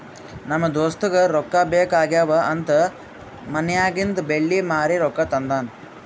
ನಮ್ ದೋಸ್ತಗ ರೊಕ್ಕಾ ಬೇಕ್ ಆಗ್ಯಾವ್ ಅಂತ್ ಮನ್ಯಾಗಿಂದ್ ಬೆಳ್ಳಿ ಮಾರಿ ರೊಕ್ಕಾ ತಂದಾನ್